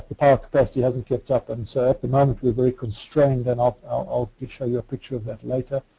power capacity hasn't kept up and so at the moment we're very constrained and i'll i'll show you a picture of that later.